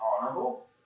honorable